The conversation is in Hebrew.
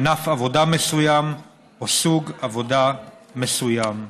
ענף עבודה מסוים או סוג עבודה מסוים.